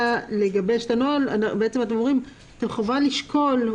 משום מה חשבתי שאנחנו מדברים על הנוהל הקיים שלנו